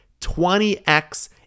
20x